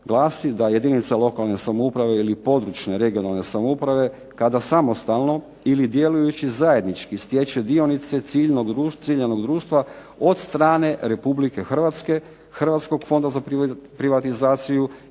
glasi da jedinica lokalne samouprave ili područne (regionalne) samouprave kada samostalno ili djelujući zajednički stječe dionice ciljanog društva od strane Republike Hrvatske, Hrvatskog fonda za privatizaciju